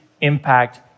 impact